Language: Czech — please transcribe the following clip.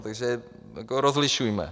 Takže rozlišujme.